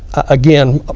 again,